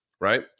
Right